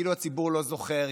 כאילו הציבור לא זוכר,